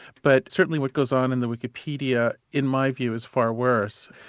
but certainly what goes on and the wikipedia in my view is far worse.